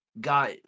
got